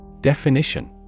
Definition